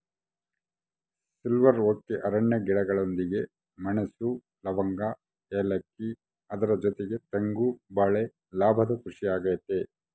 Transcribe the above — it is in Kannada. ಸಿಲ್ವರ್ ಓಕೆ ಅರಣ್ಯ ಗಿಡಗಳೊಂದಿಗೆ ಮೆಣಸು, ಲವಂಗ, ಏಲಕ್ಕಿ ಅದರ ಜೊತೆಗೆ ತೆಂಗು ಬಾಳೆ ಲಾಭದ ಕೃಷಿ ಆಗೈತೆ